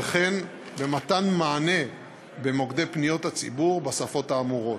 וכן במתן מענה במוקדי פניות הציבור בשפות האמורות.